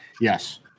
yes